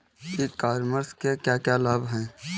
ई commerce के क्या क्या लाभ हैं?